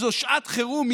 כי זו שעת חירום,